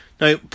Now